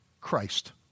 Christ